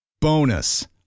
Bonus